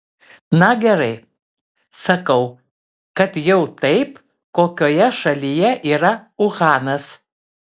na gerai sakau kad jau taip kokioje šalyje yra uhanas